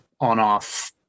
on-off